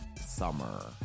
summer